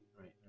Right